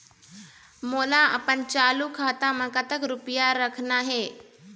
मोला अपन चालू खाता म कतक रूपया रखना हे?